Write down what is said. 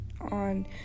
on